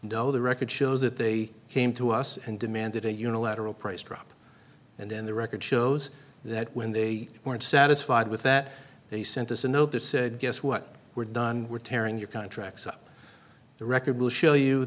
know the record shows that they came to us and demanded a unilateral price drop and then the record shows that when they weren't satisfied with that they sent us a note that said guess what we're done we're tearing your contracts up the record will show you